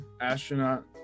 astronaut